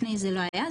לפני כן לא היה.